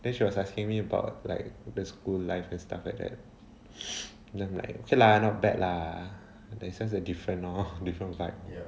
then she was asking me about like the school life and stuff like that then I'm like okay lah not bad lah then sense a different lor different vibe here